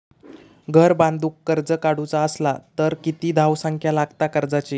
घर बांधूक कर्ज काढूचा असला तर किती धावसंख्या लागता कर्जाची?